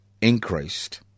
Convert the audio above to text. increased